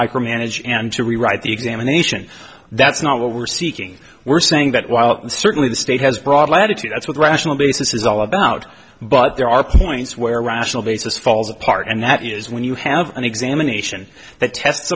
micromanage and to rewrite the examination that's not what we're seeking we're saying that while certainly the state has broad latitude that's what rational basis is all about but there are points where a rational basis falls apart and that is when you have an examination that tests